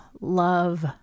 love